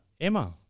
emma